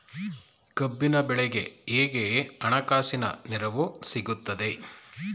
ಕಬ್ಬಿನ ಬೆಳೆಗೆ ಹೇಗೆ ಹಣಕಾಸಿನ ನೆರವು ಸಿಗುತ್ತದೆ?